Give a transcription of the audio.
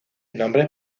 nombres